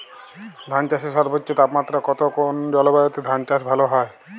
ধান চাষে সর্বোচ্চ তাপমাত্রা কত কোন জলবায়ুতে ধান চাষ ভালো হয়?